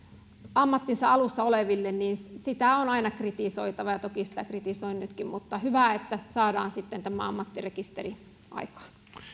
ammattinsa alussa oleville on aina kritisoitava ja toki tätä kritisoin nytkin mutta hyvä että saadaan sitten tämä ammattirekisteri aikaan